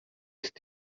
ist